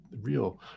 Real